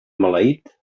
maleït